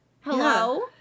Hello